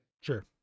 Sure